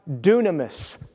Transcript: dunamis